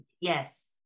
yes